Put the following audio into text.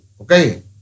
Okay